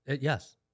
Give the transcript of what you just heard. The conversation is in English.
Yes